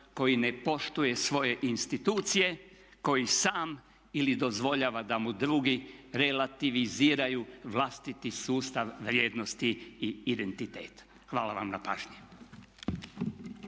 koji ne poštuje svoje institucije, koji sam ili dozvoljava da mu drugi relativiziraju vlastiti sustav vrijednosti i identiteta. Hvala vam na pažnji.